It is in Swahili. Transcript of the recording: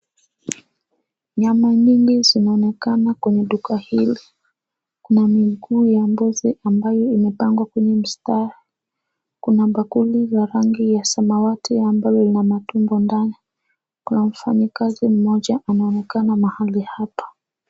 Nyama nyingi zinaonekana kwenye duka hili. Kuna miguu ya mbuzi ambayo imepangwa kwenye mstari . Kuna bakuli za rangi ya samawati ambayo ina matumbo ndani. Kuna mfanyikazi mmoja anaonekana mahali hapa.